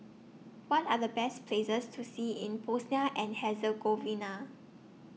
What Are The Best Places to See in Bosnia and Herzegovina